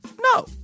no